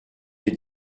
des